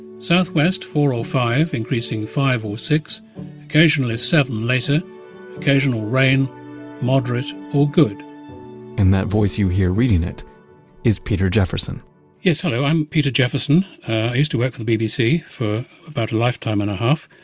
southwest four or five increasing five or six occasionally seven later occasional rain moderate or good and that voice you hear reading it is peter jefferson yes, hello, i'm peter jefferson. i used to work for the bbc for about a lifetime and a half,